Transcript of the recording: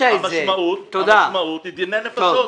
המשמעות היא דיני נפשות.